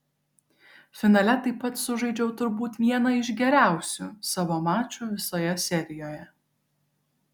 finale taip pat sužaidžiau turbūt vieną iš geriausių savo mačų visoje serijoje